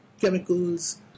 chemicals